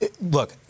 look